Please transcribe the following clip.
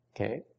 Okay